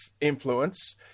influence